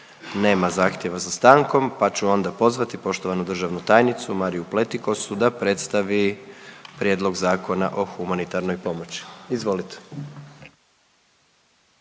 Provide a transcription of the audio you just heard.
Nema zahtjeva za stankom pa ću onda pozvati poštovanu državnu tajnicu Mariju Pletikosu da predstavi Prijedlog Zakona o humanitarnoj pomoći. Izvolite.